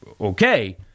okay